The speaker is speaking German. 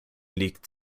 liegt